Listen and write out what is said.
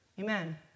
Amen